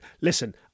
listen